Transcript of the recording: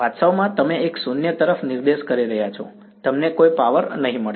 વાસ્તવમાં તમે એક શૂન્ય તરફ નિર્દેશ કરી રહ્યા છો તમને કોઈ પાવર નહીં મળે